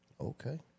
Okay